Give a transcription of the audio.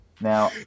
Now